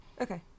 Okay